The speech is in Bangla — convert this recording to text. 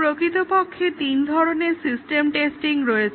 প্রকৃতপক্ষে তিন ধরনের সিস্টেম টেস্টিং রয়েছে